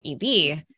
EB